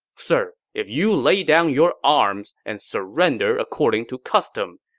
sir, if you lay down your arms and surrender according to custom,